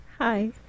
Hi